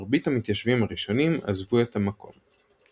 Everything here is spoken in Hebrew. מרבית המתיישבים הראשונים עזבו את המקום.